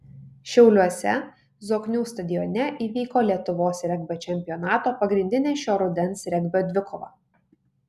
šiauliuose zoknių stadione įvyko lietuvos regbio čempionato pagrindinė šio rudens regbio dvikova